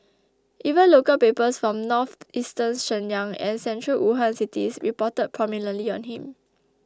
even local papers from northeastern Shenyang and central Wuhan cities reported prominently on him